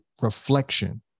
reflection